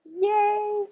Yay